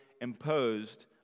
imposed